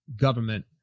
government